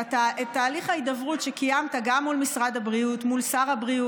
על תהליך ההידברות שקיימת מול משרד הבריאות והשר,